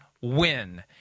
win